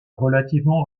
relativement